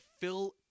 fill